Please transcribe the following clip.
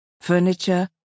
furniture